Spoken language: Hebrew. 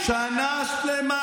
שנה שלמה